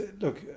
look